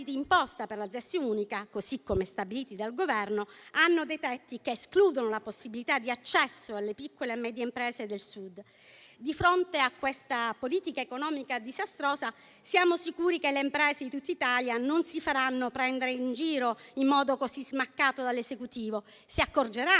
d'imposta per la ZES unica, così come stabiliti dal Governo, hanno tetti che escludono la possibilità di accesso alle piccole e medie imprese del Sud. Di fronte a questa politica economica disastrosa, siamo sicuri che le imprese di tutta Italia non si faranno prendere in giro in modo così smaccato dall'Esecutivo. Si accorgeranno,